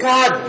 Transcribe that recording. God